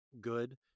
good